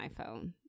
iPhone